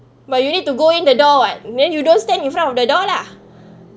but you need to go in the door [what] then you don't stand in front of the door lah